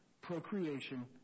procreation